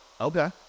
Okay